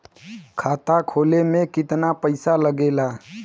खाता खोले में कितना पैसा लगेला?